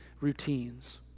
routines